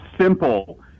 simple